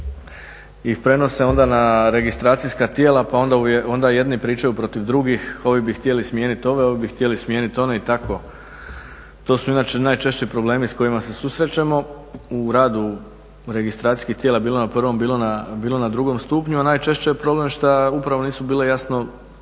ih prenose onda na registracijska tijela pa onda jedni pričaju protiv drugih, ovi bi htjeli smijeniti ove, ovi bi htjeli smijeniti one i tako. To su inače najčešći problemi s kojima se susrećemo u radu registracijskih tijela bilo na drugom stupnju. A najčešće je problem što upravo nisu bile jasno